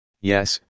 yes